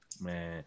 Man